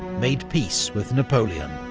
made peace with napoleon.